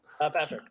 Patrick